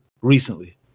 recently